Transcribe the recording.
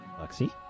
Lexi